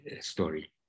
story